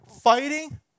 fighting